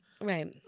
Right